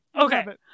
Okay